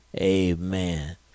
Amen